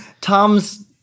Tom's